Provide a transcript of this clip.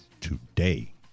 today